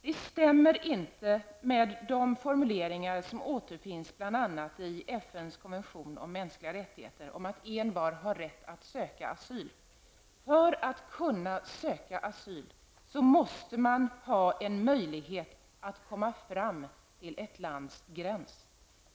Det stämmer inte med de formuleringar som återfinns bl.a. i FNs konvention om de mänskliga rättigheterna, om att en var har rätt att söka asyl. För att kunna söka asyl måste man ha en möjlighet att komma fram till ett lands gräns.